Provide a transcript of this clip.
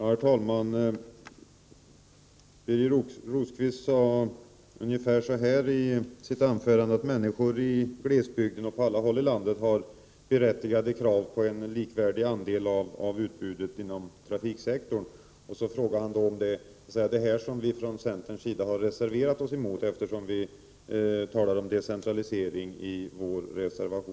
Herr talman! Birger Rosqvist sade i sitt anförande ungefär att människor i glesbygden och på alla andra håll i landet har berättigade krav på en likvärdig andel av utbudet inom trafiksektorn. Han frågade om det är detta som vi från centerns sida har reserverat oss emot när vi i vår reservation talat om decentralisering.